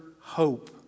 hope